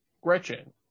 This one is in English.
gretchen